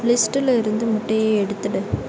லிஸ்ட்டில் இருந்து முட்டையை எடுத்துவிடு